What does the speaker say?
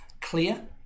Clear